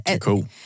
cool